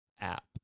app